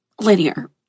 linear